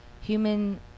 Human